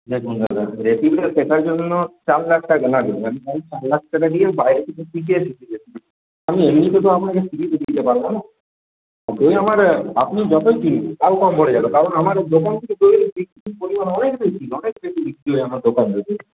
দেখুন দাদা রেসিপিটা শেখার জন্য চার লাখ টাকা লাগে মানে আমি চার লাখ টাকা দিয়ে আমি বাইরে থেকে শিখে এসেছি রেসিপিটা আমি এমনিতে তো আপনাকে শিখিয়ে দিতে পারব না যতই আমার আপনি যতই কিনুন তাও কম পরে যাবে কারণ আমার দোকান থেকে দইয়ের বিক্রির পরিমান অনেক বেশি অনেক বেশি বিক্রি হয় আমার দোকান থেকে